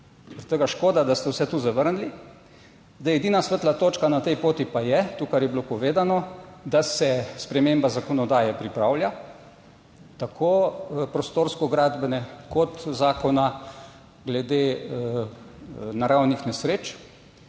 Zaradi tega je škoda, da ste vse to zavrnili. Edina svetla točka na tej poti pa je to, kar je bilo povedano, da se sprememba zakonodaje pripravlja, tako prostorsko gradbene kot zakona glede naravnih nesreč